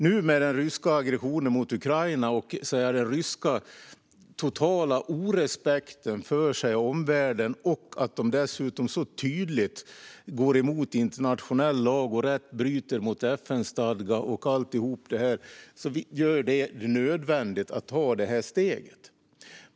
Nu gör den ryska aggressionen mot Ukraina, med Rysslands totala avsaknad av respekt för omvärlden och att man dessutom så tydligt går emot internationell lag och rätt och bryter mot FN:s stadgar, att det är nödvändigt att ta det här steget.